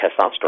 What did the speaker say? testosterone